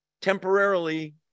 temporarily